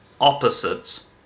opposites